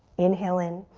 inhale in.